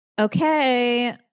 Okay